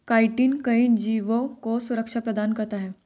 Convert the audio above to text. chitin कई जीवों को सुरक्षा प्रदान करता है